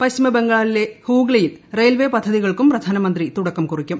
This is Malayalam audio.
പശ്ചിമബംഗാളിലെ ഹൂഗ്ലിയിൽ റെയിൽവേ പദ്ധതികൾക്കും പ്രധാനമന്ത്രി തുടക്കം കുറിയ്ക്കും